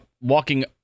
walking